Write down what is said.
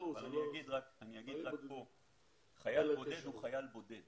אני אומר שחייל בודד הוא חייל בודד